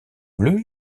bleu